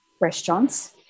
restaurants